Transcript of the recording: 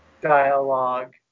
dialogue